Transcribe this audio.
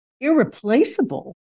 irreplaceable